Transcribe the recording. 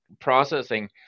processing